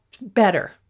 better